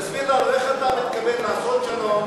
תסביר לנו איך אתה מתכוון לעשות שלום,